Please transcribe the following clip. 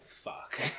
fuck